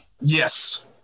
Yes